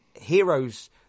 heroes